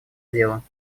дела